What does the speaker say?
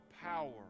power